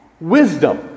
wisdom